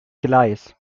gleis